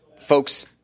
Folks